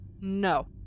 No